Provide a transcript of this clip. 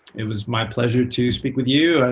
it was my pleasure to speak with you.